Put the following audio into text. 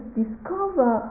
discover